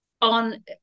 on